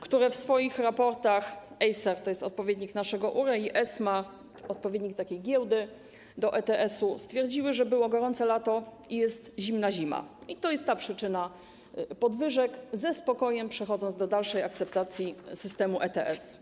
które w swoich raportach ESAP - to jest odpowiednik naszego URE - i ESMA - to odpowiednik takiej giełdy, jeśli chodzi o ETS - stwierdziły, że było gorące lato i jest zimna zima, że to jest ta przyczyna podwyżek, ze spokojem przechodząc do dalszej akceptacji systemu ETS.